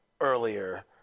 earlier